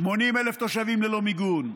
80,000 תושבים ללא מיגון.